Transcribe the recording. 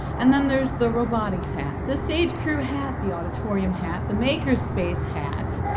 and then there's the robotics hat, the stage crew hat, the auditorium hat, the maker's space hat,